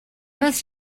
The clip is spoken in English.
must